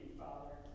father